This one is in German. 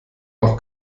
noch